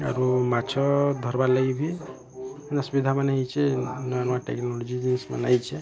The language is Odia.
ଆଉ ମାଛ ଧାରବାର ଲାଗି ବି ସୁବିଧା ମାନେ ହେଇଛେ ନୂଆ ନୂଆ ଟେକ୍ନୋଲୋଜି ହେଇଛେ